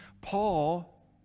Paul